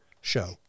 show